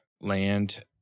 land